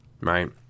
Right